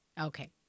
Okay